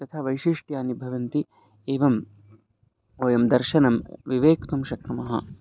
तथा वैशिष्ट्यानि भवन्ति एवं वयं दर्शनं विविक्तुं शक्नुमः